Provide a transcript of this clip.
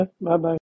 Bye-bye